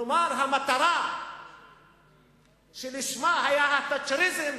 כלומר, המטרה שלשמה היה התאצ'ריזם